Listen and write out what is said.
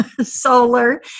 Solar